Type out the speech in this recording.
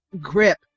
grip